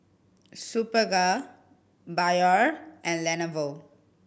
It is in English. Superga Biore and Lenovo